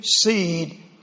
seed